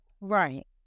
Right